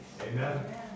Amen